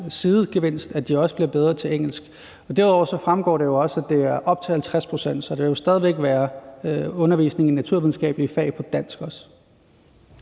sidegevinst, at de også bliver bedre til engelsk. Derudover fremgår det også, at det er op til 50 pct., så der vil jo stadig væk også være undervisning i naturvidenskabelige fag på dansk.